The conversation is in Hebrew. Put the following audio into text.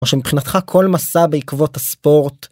או שמבחינתך כל מסע בעקבות הספורט